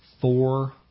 four